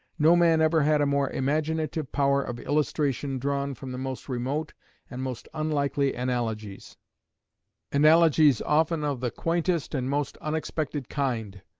no man ever had a more imaginative power of illustration drawn from the most remote and most unlikely analogies analogies often of the quaintest and most unexpected kind,